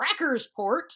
Crackersport